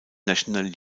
national